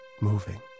moving